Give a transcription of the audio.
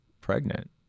pregnant